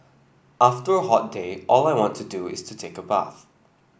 after a hot day all I want to do is to take a bath